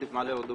סניף מעלה אדומים